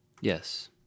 Yes